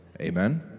Amen